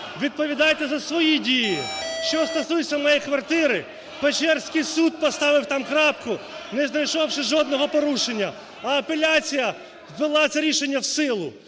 відповідайте за свої дії. (Шум у залі) Що стосується моєї квартири. Печерський суд поставив там крапку, не знайшовши жодного порушення, а апеляція ввела це рішення в силу.